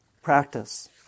Practice